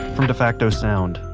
from defacto sound,